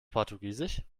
portugiesisch